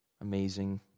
amazing